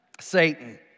Satan